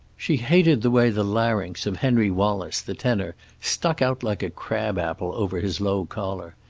she hated the way the larynx of henry wallace, the tenor, stuck out like a crabapple over his low collar.